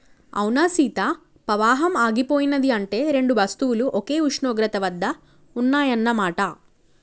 అవునా సీత పవాహం ఆగిపోయినది అంటే రెండు వస్తువులు ఒకే ఉష్ణోగ్రత వద్ద ఉన్నాయన్న మాట